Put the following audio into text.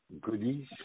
goodies